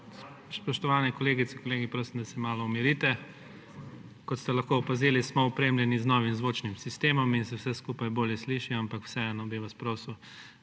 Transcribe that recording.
Spoštovane kolegice, kolegi, prosim da se malo umirite. Kot ste lahko opazili, smo opremljeni z novim zvočnim sistemom in se vse skupaj bolje sliši, ampak vseeno bi vas prosil,